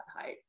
height